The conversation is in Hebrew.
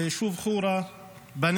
ביישוב חורה בנגב